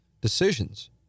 decisions